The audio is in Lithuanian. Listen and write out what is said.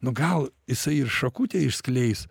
nu gal jisai ir šakutę išskleis